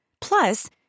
Plus